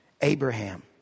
Abraham